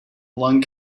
lung